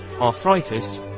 arthritis